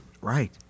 Right